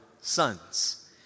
sons